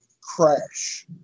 crash